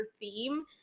theme